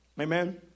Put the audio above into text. Amen